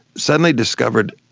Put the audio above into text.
suddenly discovered,